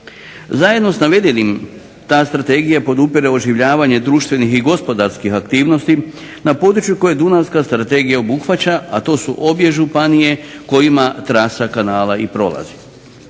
Zajedno s navedenim ta strategija podupire oživljavanje društvenih i gospodarskih aktivnosti na području koje dunavska strategija obuhvaća, a to su obje županije kojima trasa kanala i prolazi.